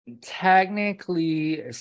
Technically